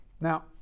Now